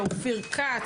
אופיר כץ,